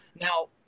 Now